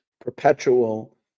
perpetual